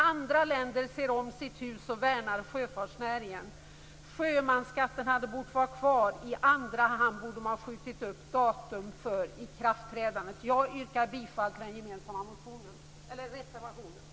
Andra länder ser om sitt hus och värnar om sin sjöfartsnäring. Sjömansskatten borde ha fått vara kvar. I andra hand borde man ha skjutit upp starten för ikraftträdandet. Jag yrkar bifall till den gemensamma reservationen.